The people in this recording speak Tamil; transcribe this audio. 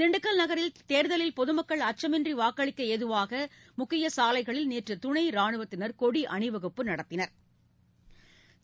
திண்டுக்கல் நகரில் தேர்தலில் பொதுமக்கள் அச்சமின்றி வாக்களிக்க ஏதுவாக முக்கிய சாலைகளில் நேற்று துணை ராணுவத்தினா் கொடி அணிவகுப்பு நடத்தினா்